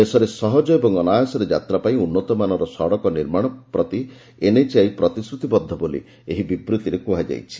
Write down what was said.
ଦେଶରେ ସହଜ ଓ ଅନାୟାସରେ ଯାତ୍ରା ପାଇଁ ଉନ୍ନତମାନର ସଡ଼କ ନିର୍ମାଣ ପ୍ରତି ଏନ୍ଏଚ୍ଆଇ ପ୍ରତିଶ୍ରୁତିବଦ୍ଧ ବୋଲି ବିବୃଭିରେ କୁହାଯାଇଛି